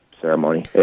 ceremony